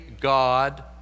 God